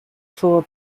for